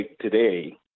today